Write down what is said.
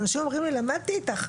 אנשים אמרו לי שלמדו איתי,